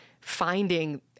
finding